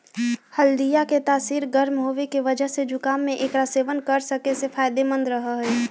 हल्दीया के तासीर गर्म होवे के वजह से जुकाम में एकरा सेवन करे से फायदेमंद रहा हई